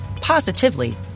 positively